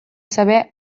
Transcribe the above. saber